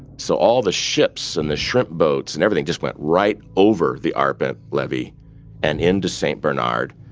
so all the ships and the shrimp boats and everything just went right over the arpent levee and into st. bernard,